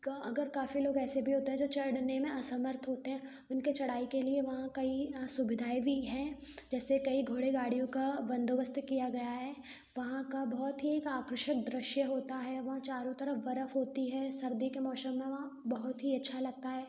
का अगर काफ़ी लोग ऐसे भी होते हैं जो चढ़ने में ना असमर्थ होते हैं उनके चढ़ाई के लिए वहाँ कई अ सुविधाए भी हैं जैसे कई घोड़े गाड़ियों का बंदोबस्त किया गया है वहाँ का बहुत ही एक आकर्षक दृश्य होता है वहाँ चारो तरफ बरफ होती है सर्दी के मौसम में वहाँ बहुत ही अच्छा लगता है